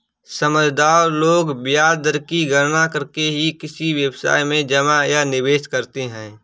समझदार लोग ब्याज दर की गणना करके ही किसी व्यवसाय में जमा या निवेश करते हैं